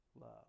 love